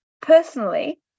Personally